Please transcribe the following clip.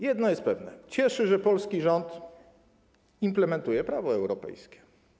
Jedno jest pewne: cieszy, że polski rząd implementuje prawo europejskie.